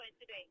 today